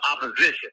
opposition